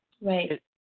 Right